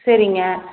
சரிங்க